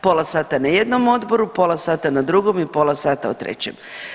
Pola sata na jednom odboru, pola sata na drugom i pola sata na trećem.